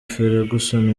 ferguson